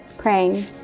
Praying